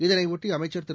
இதனையொட்டி அமைச்சர் திரு